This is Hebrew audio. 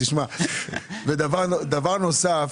דבר נוסף,